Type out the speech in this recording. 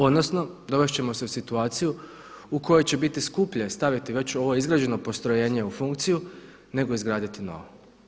Odnosno dovesti ćemo se u situaciju u kojoj će biti skuplje staviti već ovo izgrađeno postrojenje u funkciju nego izgraditi novo.